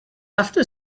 after